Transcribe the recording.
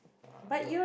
uh I don't know